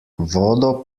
vodo